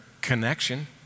connection